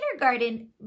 kindergarten